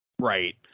Right